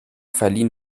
verliehen